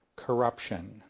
Corruption